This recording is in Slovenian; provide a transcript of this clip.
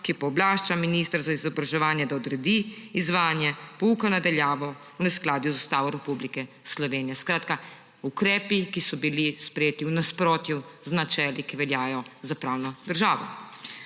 ki pooblašča ministra za izobraževanje, da odredi izvajanje pouka na daljavo, v neskladju z Ustavo Republike Slovenije. Skratka, ukrepi, ki so bili sprejeti v nasprotju z načeli, ki veljajo za pravno državo.